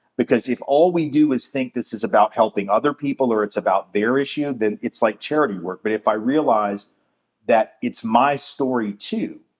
because if all we do is think this is about helping other people or it's about their issue, then it's like charity work. but if i realize that it's my story too,